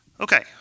okay